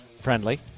friendly